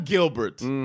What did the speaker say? Gilbert